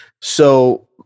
So-